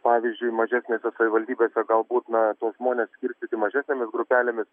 pavyzdžiui mažesnėse savivaldybėse galbūt na tuos žmones skirstyti mažesnėmis grupelėmis